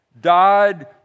died